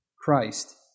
Christ